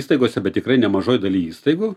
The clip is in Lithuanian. įstaigose bet tikrai nemažoj daly įstaigų